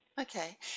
Okay